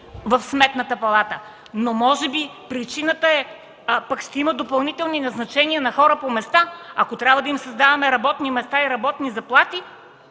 в Сметната палата! Но може би причината е, че ще има допълнителни назначения на хора по места! Ако трябва да им създаваме работни места и работни заплати,